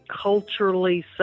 culturally